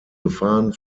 gefahren